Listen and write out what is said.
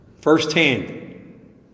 firsthand